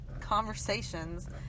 conversations